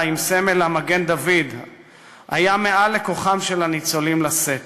עם סמל המגן-דוד היה מעל לכוחם של הניצולים לשאת.